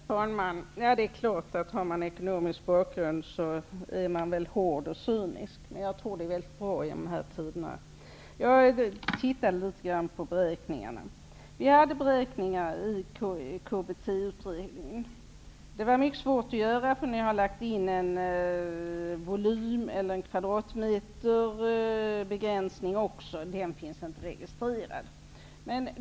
Herr talman! Det är klart att man är hård och cynisk om man har en ekonomisk bakgrund. Jag tror att det är bra i dessa tider. Jag har tittat litet grand på beräkningarna. Det fanns beräkningar i KBT-utredningen. De var svåra att göra, eftersom även en begränsning av antalet kvadratmeter hade lagts in. Den fanns inte registrerad.